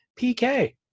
pk